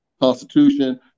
constitution